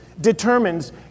determines